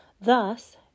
Thus